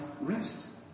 rest